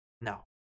No